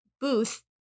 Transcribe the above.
booth